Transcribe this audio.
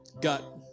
Gut